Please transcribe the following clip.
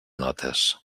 notes